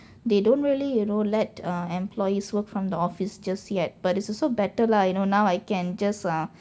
they don't really you know let ah employees work from the office just yet but it's also better lah you know now I can just ah